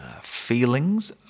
feelings